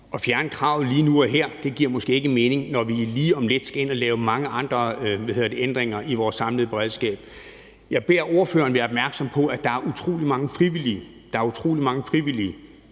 At fjerne kravet lige nu og her giver måske ikke mening, når vi lige om lidt skal ind og lave mange andre ændringer i vores samlede beredskab. Jeg beder ordføreren være opmærksom på, at der er utrolig mange frivillige,